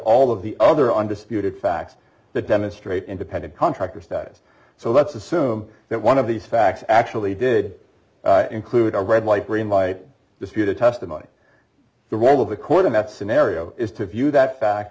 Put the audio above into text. all of the other undisputed facts that demonstrate independent contractors does so let's assume that one of these facts actually did include a red light green light dispute or testimony the role of the court or met scenario is to view that fact